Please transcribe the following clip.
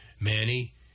Manny